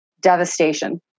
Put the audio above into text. devastation